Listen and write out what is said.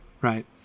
right